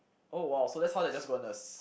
oh !wow! so that's how they are just going to